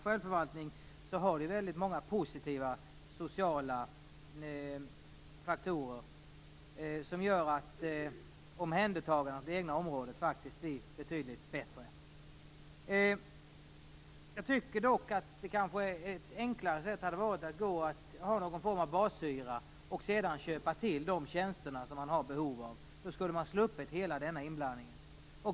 Självförvaltning har ju väldigt många positiva sociala faktorer som gör att omhändertagandet av det egna området blir betydligt bättre. Jag tycker dock att ett enklare sätt hade varit att ha någon form av bashyra och sedan köpa till de tjänster som man har behov av. Då skulle man sluppit hela denna inblandning.